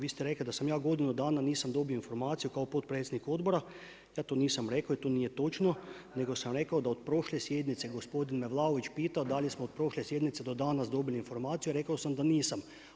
Vi ste rekli da ja godinu dana nisam dobio informaciju kao potpredsjednik odbora, ja to nisam rekao i to nije točno nego sam rekao da od prošle sjednice, gospodin Vlaović me pitao da li smo od prošle sjednice do danas dobili informaciju, a rekao sam da nisam.